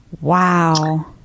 Wow